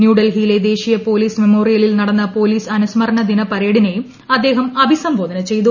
ന്യൂഡൽഹിയിലെ ദേശീയ പോലീസ് മെമ്മോറിയലിൽ നടന്ന പോലീസ് അനുസ്മരണ ദിന പരേഡിനെയും അദ്ദേഹം അഭിസംബോധന ചെയ്തു